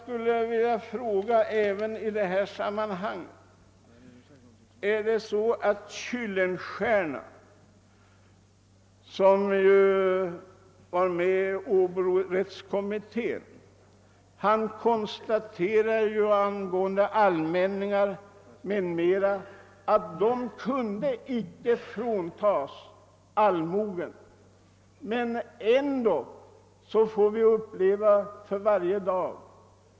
Kuylenstierna, som var med i åborättskommittén, konstaterade angående allmänningar att dessa icke kunde fråntas all mogen. Detta får vi nu uppleva varje dag.